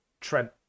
Trent